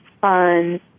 fun